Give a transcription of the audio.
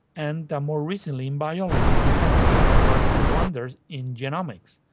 and more recently in biology this has ah worked wonders in genomics.